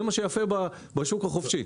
זה מה שיפה בשוק החופשי.